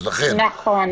נכון, מסכימה.